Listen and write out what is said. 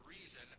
reason